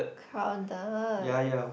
crowded